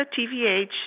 TVH